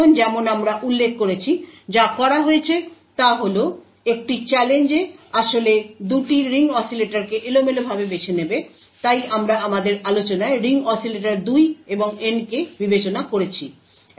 এখন যেমন আমরা উল্লেখ করেছি যা করা হয়েছে তা হল একটি চ্যালেঞ্জ আসলে 2টি রিং অসিলেটরকে এলোমেলোভাবে বেছে নেবে তাই আমরা আমাদের আলোচনায় রিং অসিলেটর 2 এবং N কে বিবেচনা করেছি